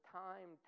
time